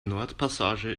nordpassage